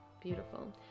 beautiful